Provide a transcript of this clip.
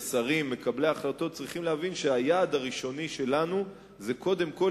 השרים ומקבלי ההחלטות צריכים להבין שהיעד הראשוני שלנו זה קודם כול